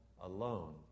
alone